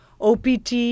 OPT